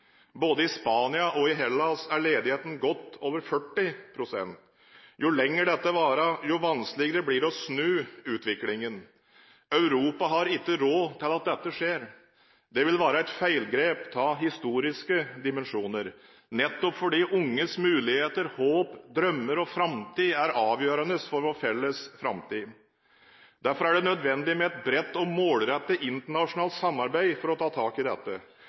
Både i Spania og i Hellas er ledigheten godt over 40 pst. Jo lenger dette varer, jo vanskeligere blir det å snu utviklingen. Europa har ikke råd til at dette skjer. Det vil være et feilgrep av historiske dimensjoner, nettopp fordi unges muligheter, håp, drømmer og framtid er avgjørende for vår felles framtid. Derfor er det nødvendig med et bredt og målrettet internasjonalt samarbeid for å ta tak i dette.